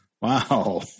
Wow